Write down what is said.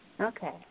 Okay